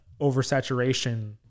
oversaturation